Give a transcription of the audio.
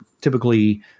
typically